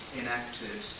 enacted